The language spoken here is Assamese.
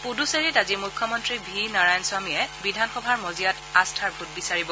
পুডুচেৰীত আজি মুখ্যমন্ত্ৰী ভি নাৰায়ণস্বামীয়ে বিধানসভাৰ মজিয়াত আস্থা ভোট বিচাৰিব